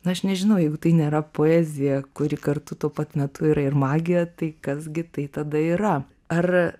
na aš nežinau jeigu tai nėra poezija kuri kartu tuo pat metu yra ir magija tai kas gi tai tada yra ar